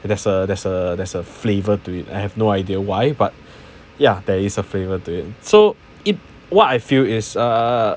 there's a there's a there's a flavour to it I have no idea why but yeah there is a flavour to so it what I feel is err